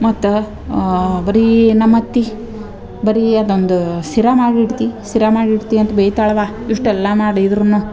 ಮತ್ತು ಬರೀ ನಮ್ಮ ಅತ್ತೆ ಬರೀ ಅದೊಂದು ಸಿರ ಮಾಡಿಡ್ತಿ ಸಿರಾ ಮಾಡಿಡ್ತಿ ಅಂತ ಬೈತಾಳವ್ವ ಇಷ್ಟೆಲ್ಲ ಮಾಡಿದರೂನು